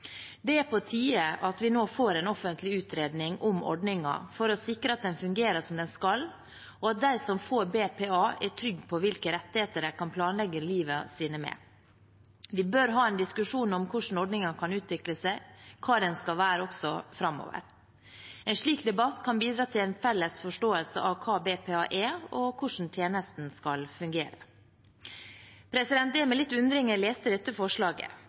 Det er på tide at vi nå får en offentlig utredning om ordningen, for å sikre at den fungerer som den skal, og at de som får BPA, er trygge på hvilke rettigheter de kan planlegge livet sitt med. Vi bør ha en diskusjon om hvordan ordningen kan utvikle seg, og hva den skal være også framover. En slik debatt kan bidra til en felles forståelse av hva BPA er, og hvordan tjenesten skal fungere. Det var med litt undring jeg leste dette forslaget.